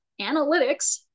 Analytics